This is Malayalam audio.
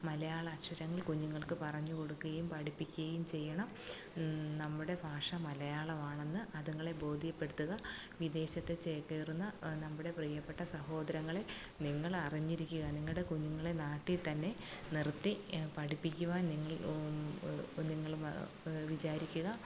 മലയാളാക്ഷരങ്ങൾ കുഞ്ഞുങ്ങൾക്ക് പറഞ്ഞ് കൊടുക്കുകയും പഠിപ്പിക്കുകയും ചെയ്യണം നമ്മുടെ ഭാഷ മലയാളമാണെന്ന് അതുങ്ങളെ ബോധ്യപ്പെടുത്തുക വിദേശത്ത് ചേക്കേറുന്ന നമ്മുടെ പ്രിയപ്പെട്ട സഹോദരങ്ങളെ നിങ്ങളറിഞ്ഞിരിക്കുക നിങ്ങളുടെ കുഞ്ഞുങ്ങളെ നാട്ടില് തന്നെ നിർത്തി പഠിപ്പിക്കുവാൻ നിങ്ങൾ നിങ്ങള് വിചാരിക്കുക